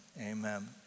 Amen